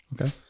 Okay